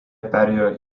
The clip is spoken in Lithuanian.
perėjo